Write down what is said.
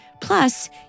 Plus